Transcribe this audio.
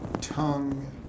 tongue